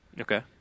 Okay